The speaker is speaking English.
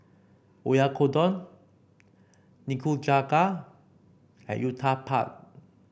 Oyakodon Nikujaga and Uthapam